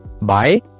Bye